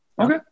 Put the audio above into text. okay